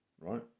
right